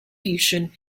fusion